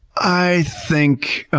i think,